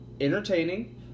Entertaining